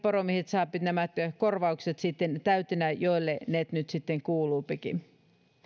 sen että nämä korvaukset saavat sitten täytenä kaikki poromiehet joille ne nyt sitten kuuluvatkin